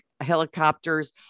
helicopters